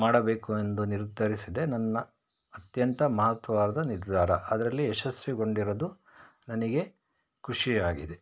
ಮಾಡಬೇಕು ಎಂದು ನಿರ್ಧರಿಸಿದ್ದೇ ನನ್ನ ಅತ್ಯಂತ ಮಹತ್ವವಾದ ನಿರ್ಧಾರ ಅದರಲ್ಲಿ ಯಶಸ್ವಿಗೊಂಡಿರೋದು ನನಗೆ ಖುಷಿಯಾಗಿದೆ